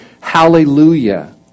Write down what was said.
hallelujah